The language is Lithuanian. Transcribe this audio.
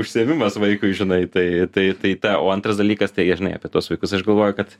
užsiėmimas vaikui žinai tai tai tai ta o antras dalykas tai žinai apie tuos vaikus aš galvoju kad